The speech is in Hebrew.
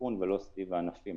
הסיכון ולא סביב הענפים.